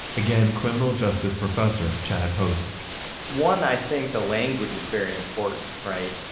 again, criminal justice professor, chad posick one, i think the language is very important, right?